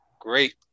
Great